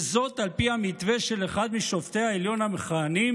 וזאת על פי המתווה של אחד משופטי העליון המכהנים?